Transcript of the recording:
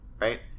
right